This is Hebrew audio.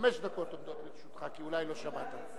חמש דקות עומדות לרשותך, כי אולי לא שמעת.